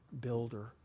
builder